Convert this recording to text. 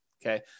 Okay